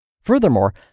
Furthermore